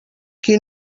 qui